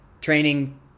training